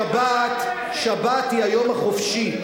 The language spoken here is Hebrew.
שבת הוא היום החופשי,